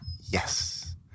Yes